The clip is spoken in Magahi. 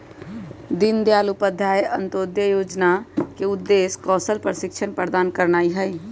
दीनदयाल उपाध्याय अंत्योदय जोजना के उद्देश्य कौशल प्रशिक्षण प्रदान करनाइ हइ